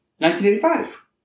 1985